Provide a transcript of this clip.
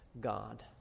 God